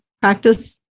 practice